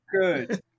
Good